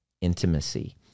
intimacy